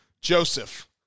Joseph